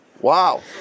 Wow